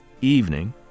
evening